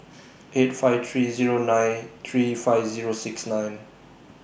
eight five three nine Zero three five Zero six nine